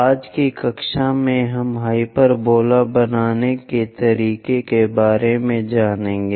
आज की कक्षा में हम हाइपरबोला बनाने के तरीके के बारे में जानेंगे